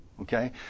Okay